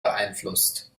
beeinflusst